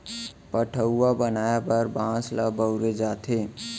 पठअउवा बनाए बर बांस ल बउरे जाथे